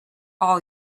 all